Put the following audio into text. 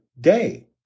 day